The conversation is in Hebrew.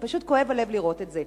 פשוט כואב הלב לראות את זה.